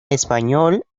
español